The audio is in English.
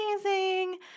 amazing